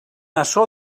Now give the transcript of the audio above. açò